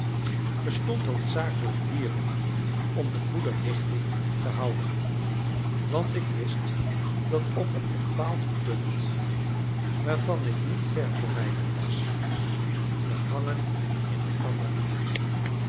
bestond hoofdzakelijk hierin om de goede richting te houden want ik wist dat op een bepaald punt waarvan ik niet ver verwijderd was de gangen in elkander liepen